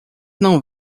não